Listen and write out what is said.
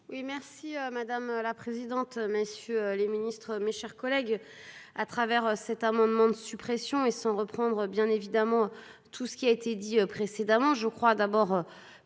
merci madame la présidente, messieurs les ministres, mes chers collègues. À travers cet amendement de suppression et sans reprendre bien évidemment tout ce qui a été dit précédemment, je crois d'abord